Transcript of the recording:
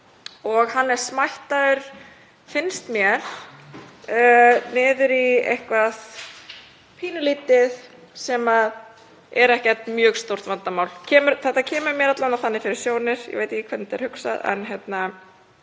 og hann er smættaður, finnst mér, niður í eitthvað pínulítið sem er ekki mjög stórt vandamál. Þetta kemur mér alla vega þannig fyrir sjónir. Ég veit ekki hvernig þetta er hugsað en þannig